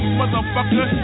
motherfucker